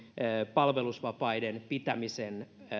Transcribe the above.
palvelusvapaiden pitämisen